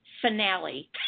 finale